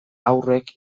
haurrek